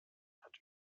hat